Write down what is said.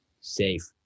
safe